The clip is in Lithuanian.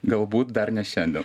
galbūt dar ne šiandien